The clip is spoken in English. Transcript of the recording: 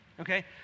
Okay